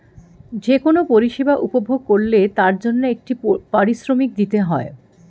যে কোন পরিষেবা উপভোগ করলে তার জন্যে একটা পারিশ্রমিক দিতে হয়